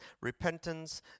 repentance